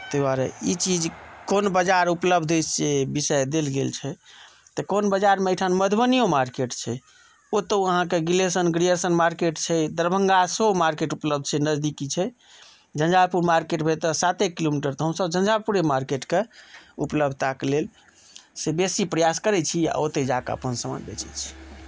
ताहि द्वारे ई चीज कोन बाजार उपलब्ध अइ से विषय देल गेल छै तऽ कोन बाजारमे एहिठाम मधुबनियो मार्केट छै ओतहु अहाँकेँ गिलेशन गियर्शन मार्केट छै दरभङ्गा सेहो मार्केट उपलब्ध छै नजदीकी छै झञ्झारपुर मार्केट भेल एतय साते किलोमीटर तऽ हमसभ झञ्झारपुरे मार्केटके उपलब्धताक लेल से बेसी प्रयास करैत छी आ ओतहि जा कऽ अपन सामान बेचैत छी